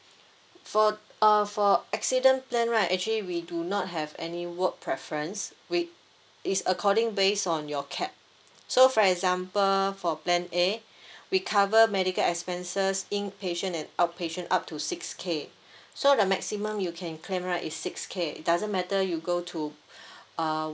for uh for accident plan right actually we do not have any work preference we it's according based on your cap so for example for plan A we cover medical expenses inpatient and outpatient up to six K so the maximum you can claim right is six K it doesn't matter you go to uh